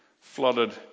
flooded